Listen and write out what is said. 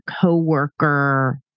coworker